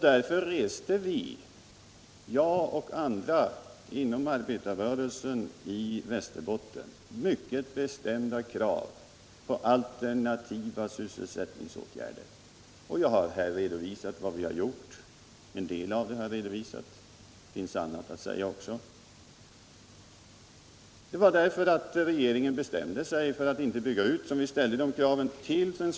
Därför reste jag och andra inom arbetarrörelsen i Västerbotten mycket bestämda krav på alternativa sysselsättningsåtgärder. Jag har här redovisat en del av vad vi har gjort; det finns annat att säga också. Just därför att den socialdemokratiska regeringen beslutade att inte bygga ut riktade vi de kraven till den.